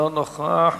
אינו נוכח.